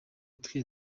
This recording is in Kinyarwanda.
twe